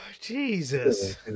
Jesus